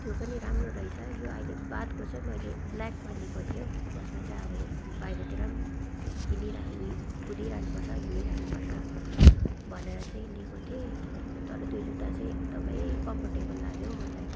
त्यो पनि राम्रो रहेछ यो अहिले बादको चाहिँ मैले ब्ल्याकमा लिएको थिएँ हो जसमा चाहिँ अब बाहिरतिर किनेर कुदिरहनु पर्छ हिँडिरहनु पर्छ भनेर चाहिँ लिएको थिएँ तर त्यो जुत्ता चाहिँ एकदम कम्फर्टेबल लाग्यो हो मलाई